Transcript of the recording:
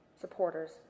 Supporters